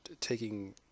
taking